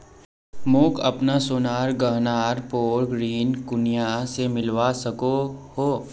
मोक अपना सोनार गहनार पोर ऋण कुनियाँ से मिलवा सको हो?